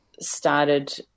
started